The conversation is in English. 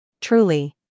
Truly